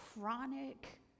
chronic